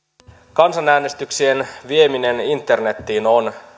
kansanäänestyksien vieminen internetiin on